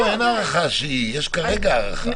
יש כרגע הארכה.